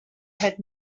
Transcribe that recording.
had